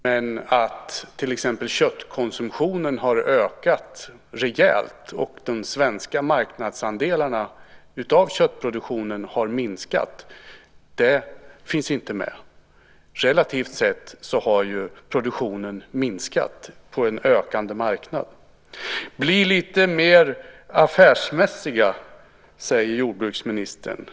Men att till exempel köttkonsumtionen har ökat rejält och att de svenska marknadsandelarna av köttproduktionen har minskat finns inte med. Relativt sett har produktionen minskat på en ökande marknad. Bli lite mer affärsmässiga, säger jordbruksministern.